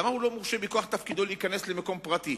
למה הוא לא מורשה מכוח תפקידו להיכנס למקום פרטי?